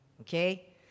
Okay